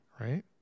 right